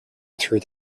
through